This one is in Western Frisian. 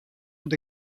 wat